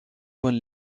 bonne